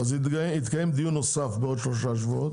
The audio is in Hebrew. יתקיים דיון נוסף בעוד שלושה שבועות.